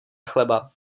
chleba